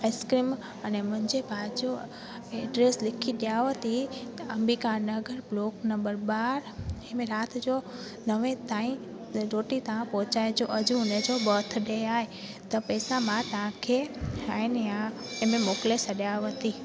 ice cream अने मुंहिंजे बाजू एड्रेस लिखी ॾियांव थी अंबिका नगर ब्लॉक नम्बर ॿ राति जो नवें ताईं रोटी तव्हां पहुचाए जो अॼु हुनजो बर्थडे आहे त पैसा मां तव्हांखे आहिनि या मोकिले छॾियांव थी